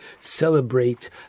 celebrate